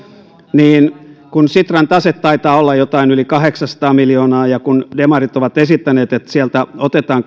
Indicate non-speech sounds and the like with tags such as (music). niin kun sitran tase taitaa olla jotain yli kahdeksansataa miljoonaa ja kun demarit ovat esittäneet että sieltä otetaan (unintelligible)